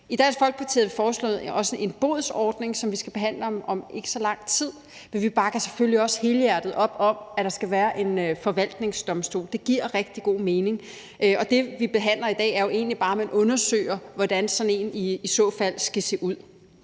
I Dansk Folkeparti foreslår vi også en bodsordning, som vi skal behandle om ikke så lang tid, men vi bakker selvfølgelig også helhjertet op om, at der skal være en forvaltningsdomstol. Det giver rigtig god mening, og det, vi behandler i dag, er jo egentlig bare, at man undersøger, hvordan sådan en i så fald skal se ud.